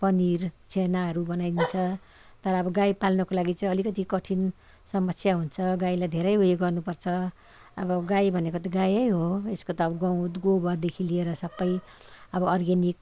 पनिर छेनाहरू बनाइन्छ तर अब गाई पाल्नुको लागि चाहिँ अलिकति कठिन समस्या हुन्छ गाईलाई धेरै उयो गर्नुपर्छ अब गाई भनेको त गाई नै हो यसको त अब गाउत गोबरदेखि लिएर सबै अब अर्ग्यानिक